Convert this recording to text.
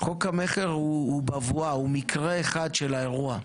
חוק המכר הוא בבואה, הוא מקרה אחד של האירוע,